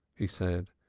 he said.